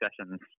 sessions